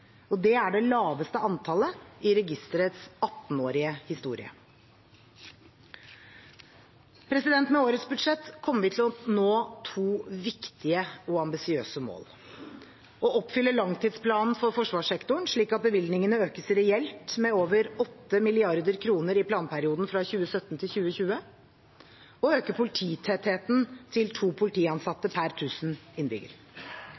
Det er det laveste antallet i registerets 18-årige historie. Med årets budsjett kommer vi til å nå to viktige og ambisiøse mål: Å oppfylle langtidsplanen for forsvarssektoren, slik at bevilgningene økes reelt med over 8 mrd. kr i planperioden fra 2017–2020 og å øke polititettheten til to